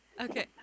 Okay